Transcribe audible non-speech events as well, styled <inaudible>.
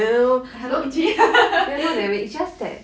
eh hello wei qing <laughs>